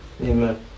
Amen